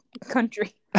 country